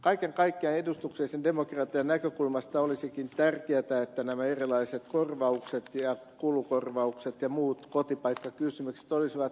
kaiken kaikkiaan edustuksellisen demokratian näkökulmasta olisikin tärkeätä että nämä erilaiset korvaukset ja kulukorvaukset ja muut kotipaikkakysymykset olisivat selkeitä